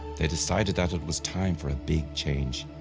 they decided that it was time for a big change.